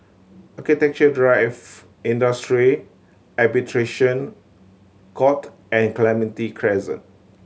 Architecture Drive Industrial Arbitration Court and Clementi Crescent